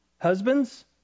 Husbands